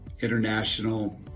International